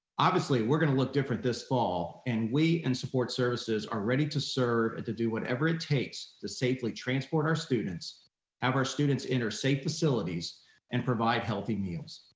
obviously, we're gonna look different this fall and we in and support services are ready to serve and to do whatever it takes to safely transport our students, have our students enter safe facilities and provide healthy meals.